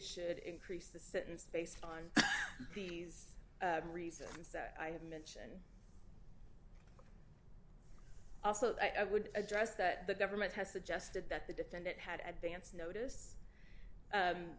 should increase the sentence based on these reasons that i have mentioned also that i would address that the government has suggested that the defendant had at vance notice